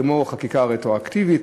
כמו חקיקה רטרואקטיבית.